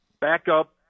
backup